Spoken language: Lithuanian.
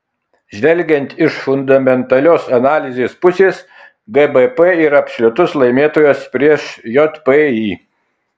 žvelgiant iš fundamentalios analizės pusės gbp yra absoliutus laimėtojas prieš jpy